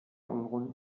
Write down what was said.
unruhen